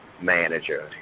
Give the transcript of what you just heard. manager